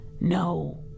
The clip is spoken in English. No